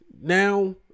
now